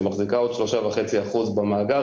שמחזיקה עוד 3.5% במאגר.